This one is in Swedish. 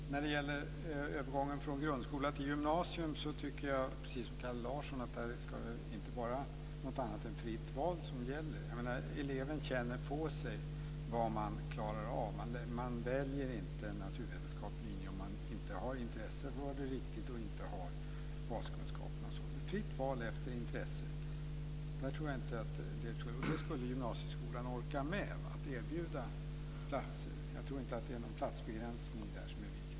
Herr talman! När det gäller övergången från grundskola till gymnasium tycker jag precis som Kalle Larsson att det inte ska vara något annat än fritt val som gäller. Eleverna känner på sig vad de klarar av. Man väljer inte naturvetenskaplig linje om man inte riktigt har intresse för det och inte har baskunskaperna. Det ska vara fritt val efter intresse. Gymnasieskolan skulle orka med att erbjuda platser. Jag tror inte att det är någon platsbegränsning där som är viktig.